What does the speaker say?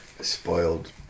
Spoiled